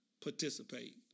participate